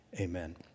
Amen